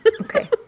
Okay